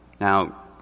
Now